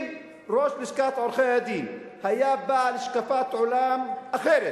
אם ראש לשכת עורכי-הדין היה בעל השקפת עולם אחרת,